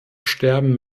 sterben